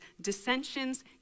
dissensions